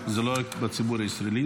זה לא רק בציבור הישראלי,